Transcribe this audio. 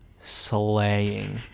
slaying